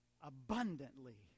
abundantly